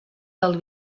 del